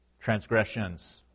transgressions